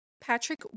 Patrick